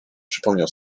przypomniał